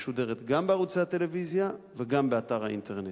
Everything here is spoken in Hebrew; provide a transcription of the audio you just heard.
משודרת גם בערוצי הטלוויזיה וגם באתר האינטרנט.